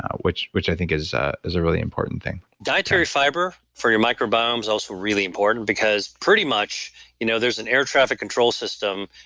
which which i think is ah a really important thing dietary fiber for your microbiome is also really important because pretty much you know there's an air traffic control system,